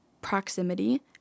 proximity